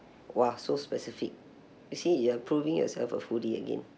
!wah! so specific you see you are proving yourself a foodie again